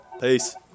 peace